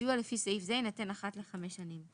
סיוע לפי סעיף זה יינתן אחת לחמש שנים.